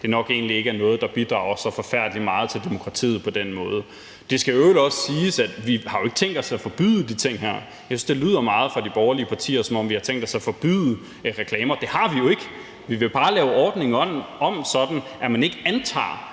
Netto egentlig nok ikke er noget, der bidrager forfærdelig meget til demokratiet. Det skal i øvrigt også siges, at vi jo ikke har tænkt os at forbyde de her ting. Jeg synes, det lyder meget på de borgerlige partier, som om vi har tænkt os at forbyde reklamer. Det har vi jo ikke. Vi vil bare lave ordningen om, så man ikke antager,